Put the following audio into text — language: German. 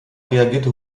reagierte